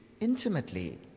intimately